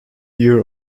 year